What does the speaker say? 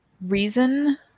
reason